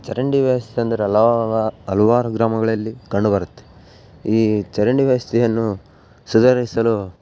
ಚರಂಡಿ ವ್ಯವಸ್ಥೆ ಅಂದರಲ್ಲ ಹಲವಾ ಹಲವಾರು ಗ್ರಾಮಗಳಲ್ಲಿ ಕಂಡು ಬರುತ್ತೆ ಈ ಚರಂಡಿ ವ್ಯವಸ್ಥೆಯನ್ನು ಸುಧಾರಿಸಲು